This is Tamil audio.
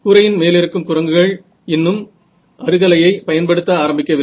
கூரையின் மேலிருக்கும் குரங்குகள் இன்னும் அருகலையை பயன்படுத்த ஆரம்பிக்க வில்லை